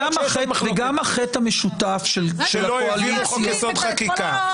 וגם החטא המשותף של הקואליציה --- חוק יסוד: חקיקה.